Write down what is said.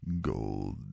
Gold